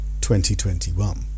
2021